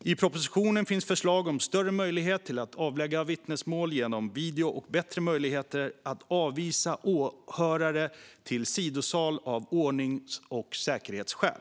I propositionen finns förslag om större möjlighet att avlägga vittnesmål genom video och bättre möjlighet att avvisa åhörare till sidosal av ordnings och säkerhetsskäl.